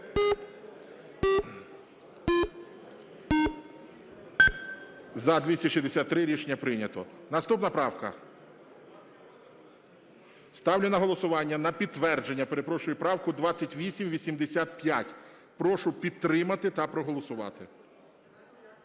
За-263 Рішення прийнято. Наступна правка. Ставлю на голосування, на підтвердження, перепрошую, правку 2885. Прошу підтримати та проголосувати.